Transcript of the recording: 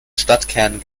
stadtkern